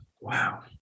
Wow